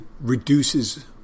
reduces